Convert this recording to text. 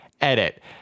Edit